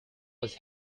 was